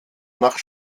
nach